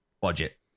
budget